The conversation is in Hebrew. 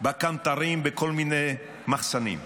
בקנטרים בכל מיני מחסנים.